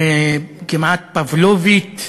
כמעט פבלובית,